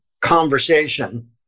conversation